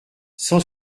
cent